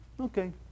Okay